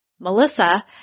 Melissa